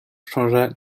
changea